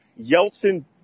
Yeltsin